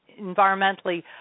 environmentally